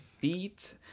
beat